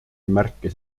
märkis